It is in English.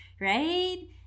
right